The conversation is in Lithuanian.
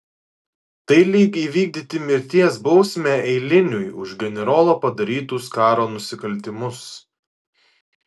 tai lyg įvykdyti mirties bausmę eiliniui už generolo padarytus karo nusikaltimus